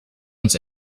uns